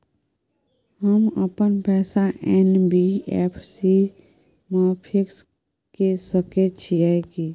हम अपन पैसा एन.बी.एफ.सी म फिक्स के सके छियै की?